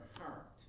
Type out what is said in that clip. heart